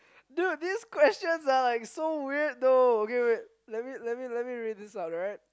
dude these questions are like so weird though okay wait let me let me let me read this out right